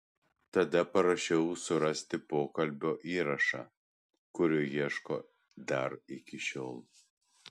tada parašiau surasti pokalbio įrašą kurio ieško dar iki šiol